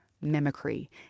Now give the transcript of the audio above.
mimicry